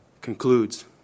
concludes